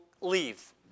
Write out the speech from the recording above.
leave